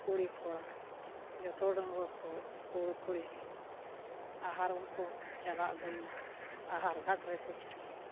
ᱠᱩᱲᱤ ᱠᱚᱲᱟ ᱡᱚᱛᱚ ᱰᱟᱺᱜᱩᱣᱟ ᱠᱩᱲᱤ ᱟᱨ ᱩᱱᱠᱩ ᱪᱟᱞᱟᱜ ᱫᱟᱭᱱᱟ ᱟᱦᱟᱨ ᱜᱷᱟᱴ ᱨᱮ ᱠᱩᱪᱨᱤ